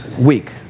week